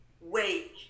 wake